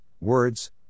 words